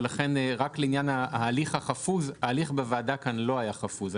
לכן רק לעניין ההליך החפוז ההליך בוועדת הכלכלה לא היה חפוז.